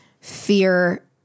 fear